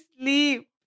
sleep